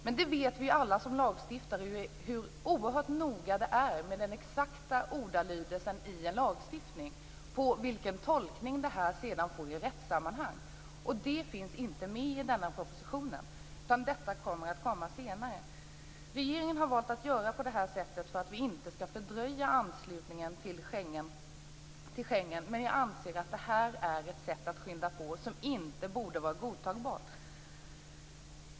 Men det vet vi alla som lagstiftare hur oerhört noga det är med den exakta ordalydelsen i en lagstiftning för vilken tolkning denna sedan får i rättssammanhang. Det finns inte med i den här propositionen. Det kommer senare. Regeringen har valt att göra på det här sättet för att inte fördröja anslutningen till Schengenavtalet, men jag anser att det här är ett sätt att skynda på som inte borde vara godtagbart.